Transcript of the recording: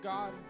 God